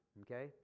Okay